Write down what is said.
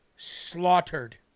slaughtered